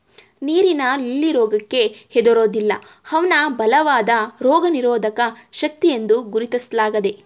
ನೀರಿನ ಲಿಲ್ಲಿ ರೋಗಕ್ಕೆ ಹೆದರೋದಿಲ್ಲ ಅವ್ನ ಬಲವಾದ ರೋಗನಿರೋಧಕ ಶಕ್ತಿಯೆಂದು ಗುರುತಿಸ್ಲಾಗ್ತದೆ